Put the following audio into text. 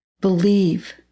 believe